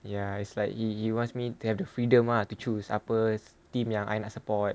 ya it's like he wants me to have the freedom to choose apa team yang I nak support